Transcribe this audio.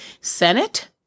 Senate